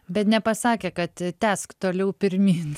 bet nepasakė kad tęsk toliau pirmyn